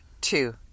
Two